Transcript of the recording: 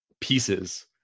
pieces